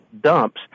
dumps